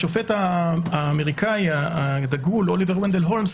השופט האמריקאי הדגול אוליבר ונדל הולמס,